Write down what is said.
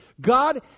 God